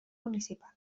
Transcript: municipals